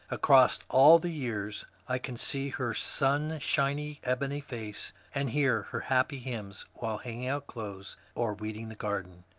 across all the years i can see her sunshiny ebony face, and hear her happy hymns while hanging out clothes, or weeding the garden.